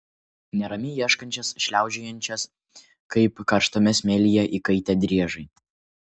neramiai ieškančias šliaužiojančias kaip karštame smėlyje įkaitę driežai